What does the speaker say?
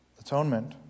atonement